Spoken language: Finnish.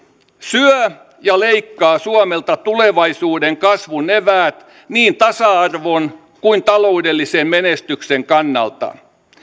syö ja leikkaa suomelta tulevaisuuden kasvun eväät niin tasa arvon kuin taloudellisen menestyksen kannalta